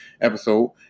episode